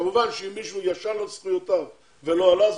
כמובן שאם מישהו ישן על זכויותיו ולא עלה,